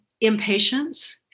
impatience